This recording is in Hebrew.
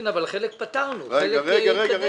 כן, אבל חלק פתרנו, חלק התקדם.